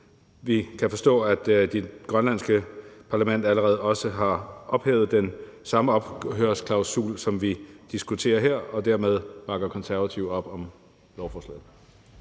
Vi kan forstå, at det grønlandske parlament allerede har ophævet den samme ophørsklausul, som vi diskuterer her. Dermed bakker Konservative op om lovforslaget.